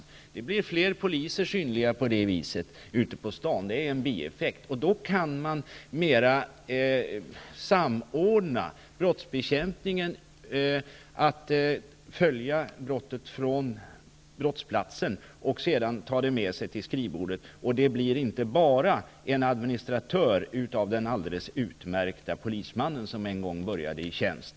På det viset blir fler poliser synliga ute på stan. Det är en bieffekt. Då kan man i större utsträckning samordna brottsbekämpningen. Man kan följa brottet från brottsplatsen och så att säga ta det med sig till skrivbordet. Då blir det inte bara en administratör av den alldeles utmärkta polisman som en gång började i yttre tjänst.